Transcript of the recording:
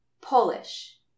Polish